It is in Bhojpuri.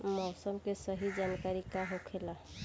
मौसम के सही जानकारी का होखेला?